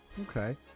okay